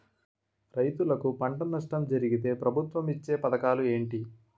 రైతులుకి పంట నష్టం జరిగితే ప్రభుత్వం ఇచ్చా పథకాలు ఏంటి?